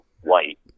white